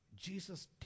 jesus